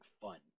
fun